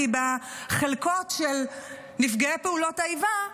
כי חלקות של נפגעי פעולות איבה,